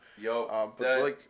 Yo